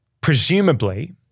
presumably